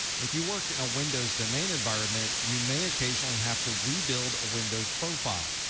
if you work in a windows domain environment, you may occasionally have to rebuild a windows profile.